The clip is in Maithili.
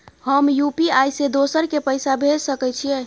हम यु.पी.आई से दोसर के पैसा भेज सके छीयै?